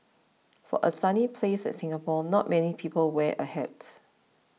for a sunny place like Singapore not many people wear a hat